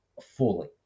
fully